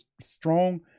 strong